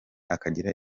akagira